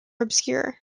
obscure